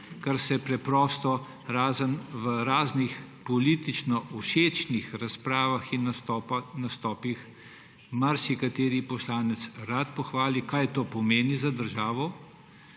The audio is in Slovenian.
2019. S tem se v raznih politično všečnih razpravah in nastopih marsikateri poslanec rad pohvali, kaj to pomeni za državo,